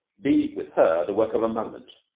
be with her the work of a moment.